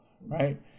right